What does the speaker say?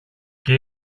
και